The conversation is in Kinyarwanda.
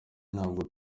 ntabwo